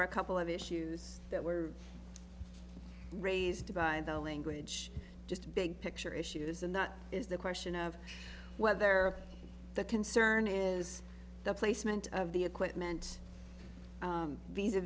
are a couple of issues that were raised by the language just big picture issues and that is the question of whether the concern is the placement of the equipment